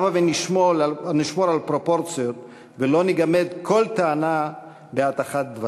הבה ונשמור על פרופורציות ולא נגמד כל טענה בהטחת דברים.